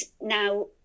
now